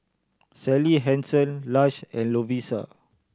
Sally Hansen Lush and Lovisa